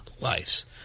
lives